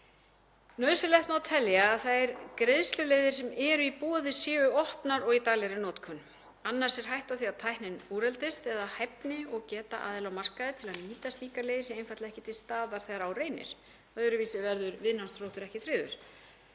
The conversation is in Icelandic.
Nauðsynlegt má telja að þær greiðsluleiðir sem eru í boði séu opnar og í daglegri notkun. Annars er hætta á því að tæknin úreldist eða hæfni og geta aðila á markaði til að nýta slíka leið sé einfaldlega ekki til staðar þegar á reynir. Öðruvísi verður viðnámsþróttur ekki tryggður.